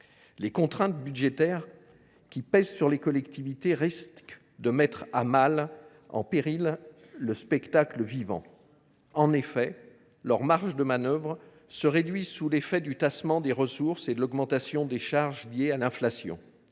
Les contraintes budgétaires qui pèsent sur les collectivités locales risquent de mettre en péril le spectacle vivant. En effet, leurs marges de manœuvre se réduisent sous l’effet du tassement des ressources et de l’augmentation des charges liées à l’inflation.